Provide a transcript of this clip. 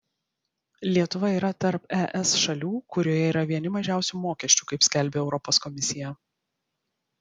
lietuva yra tarp es šalių kurioje yra vieni mažiausių mokesčių kaip skelbia europos komisija